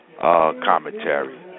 commentary